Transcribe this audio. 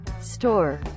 store